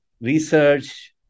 research